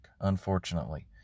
unfortunately